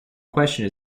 question